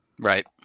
right